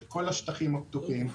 את כל השטחים הפתוחים.